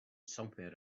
somewhere